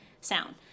sound